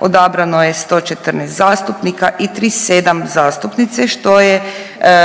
odabrano je 114 zastupnika i 37 zastupnice što je